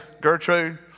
Gertrude